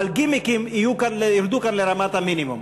אבל גימיקים ירדו כאן לרמת המינימום.